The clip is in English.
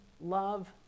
love